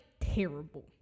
terrible